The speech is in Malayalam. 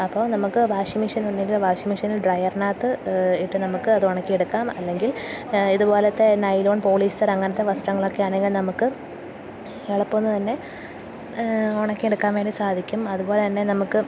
അപ്പോള് നമുക്ക് വാഷിംഗ് മെഷീൻ ഉണ്ടെങ്കിൽ വാഷിംഗ് മെഷിനിൽ ഡ്രയറിനകത്ത് ഇട്ട് നമുക്ക് അത് ഉണക്കിയെടുക്കാം അല്ലെങ്കിൽ ഇതുപോലത്തെ നൈലോൺ പോളിസ്റ്റർ അങ്ങനത്തെ വസ്ത്രങ്ങളൊക്കെ ആണെങ്കിൽ നമുക്ക് എളപ്പമെന്നു തന്നെ ഉണക്കിയെടുക്കാൻ വേണ്ടി സാധിക്കും അതുപോലെതന്നെ നമുക്ക്